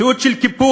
מציאות של קיפוח,